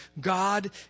God